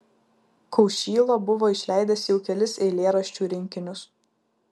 kaušyla buvo išleidęs jau kelis eilėraščių rinkinius